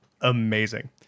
amazing